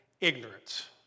ignorance